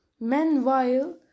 Meanwhile